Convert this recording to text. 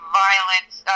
violence